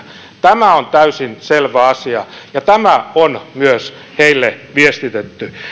tämä on täysin selvä asia ja tämä on myös heille viestitetty